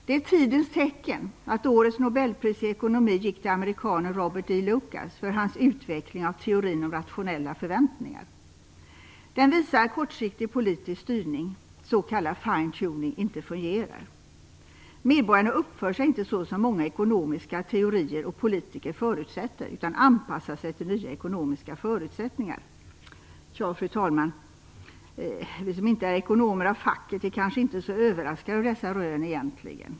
Det är tidens tecken att årets nobelpris i ekonomi gick till amerikanen Robert E. Lucas för hans utveckling av teorin om rationella förväntningar. Den visar att kortsiktig politisk styrning, s.k. "fine tuning", inte fungerar. Medborgarna uppför sig inte så som många ekonomiska teorier och politiker förutsätter, utan anpassar sig till nya ekonomiska förutsättningar. Fru talman! Vi som inte är ekonomer av facket är kanske inte så överraskade av dessa rön, egentligen.